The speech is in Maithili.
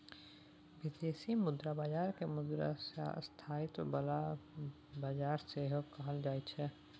बिदेशी मुद्रा बजार केँ मुद्रा स्थायित्व बला बजार सेहो कहल जाइ छै